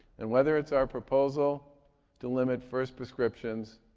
and whether it's our proposal to limit first prescriptions